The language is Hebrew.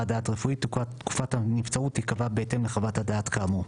דעת רפואית תקופת הנבצרות תיקבע בהתאם לחוות הדעת כאמור'.